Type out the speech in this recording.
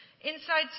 inside